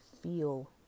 feel